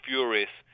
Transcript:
Furious